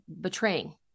betraying